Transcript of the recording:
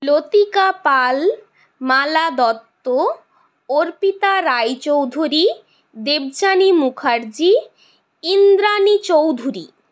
Latika Pal Mala Dutta Arpita Roy Chowdhury Debjani Mukherjee Indrani Chowdhury